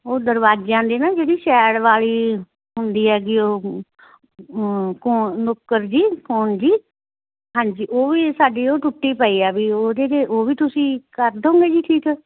ਉਹ ਦਰਵਾਜ਼ਿਆਂ ਦੀ ਨਾ ਜਿਹੜੀ ਸ਼ੈਡ ਵਾਲੀ ਹੁੰਦੀ ਹੈਗੀ ਉਹ ਨੁੱਕਰ ਜੀ ਕੋਨ ਜੀ ਹਾਂਜੀ ਉਹ ਵੀ ਸਾਡੀ ਉਹ ਟੁੱਟੀ ਪਈ ਹੈ ਬਈ ਉਹਦੇ ਅਤੇ ਉਹ ਵੀ ਤੁਸੀਂ ਕਰ ਦਿਓਗੇ ਜੀ ਠੀਕ